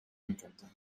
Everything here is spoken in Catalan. miqueta